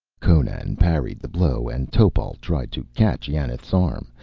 conan parried the blow, and topal tried to catch yanath's arm.